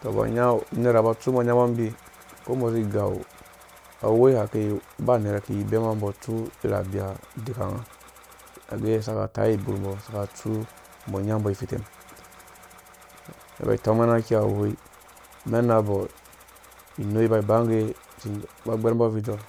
cika unsera unera aba anyabo umbi uko umbɔ azi igau awoi yake ikɛi uba unera aki abema mbɔ atsu irhi bia udikanga age asaka kai iburmbɔ asaka tsu umbɔ anyambɔ ifɛtɛm umen iba itəng mɛnna aki awoi umɛn mambɔ inoi iba ibangge aba gbɛrmbɔ abvar idoor.